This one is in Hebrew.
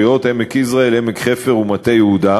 כנסת, נגדה, 38 חברי כנסת.